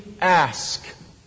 ask